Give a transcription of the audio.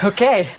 Okay